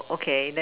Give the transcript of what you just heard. okay that